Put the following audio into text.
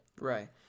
Right